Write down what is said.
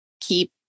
keep